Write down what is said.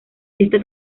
ésta